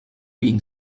being